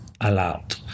allowed